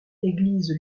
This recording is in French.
église